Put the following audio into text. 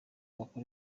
wakoresha